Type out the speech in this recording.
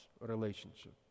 relationship